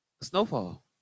Snowfall